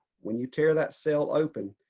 when you tear that cell open,